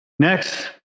Next